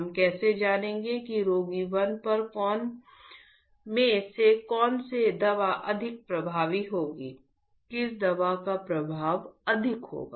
हम कैसे जानेंगे कि रोगी 1 पर 3 में से कौन से दवा अधिक प्रभावी होगी किस दवा का प्रभाव अधिक होगा